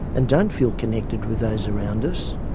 and don't feel connected with those around us,